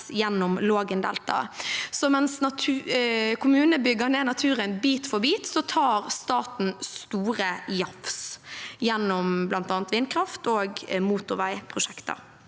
gjennom Lågendeltaet. Så mens kommunene bygger ned naturen bit for bit, tar staten store jafs gjennom bl.a. vindkraft- og motorveiprosjekter.